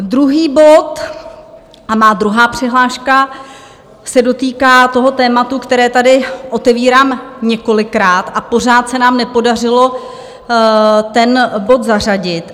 Druhý bod a má druhá přihláška se dotýká toho tématu, které tady otevírám několikrát, a pořád se nám nepodařilo ten bod zařadit.